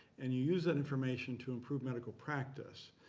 and you use that information to improve medical practice.